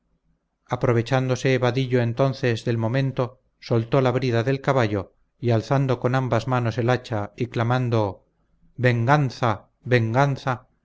aprovechándose vadillo entonces del momento soltó la brida del caballo y alzando con ambas manos el hacha y clamando venganza venganza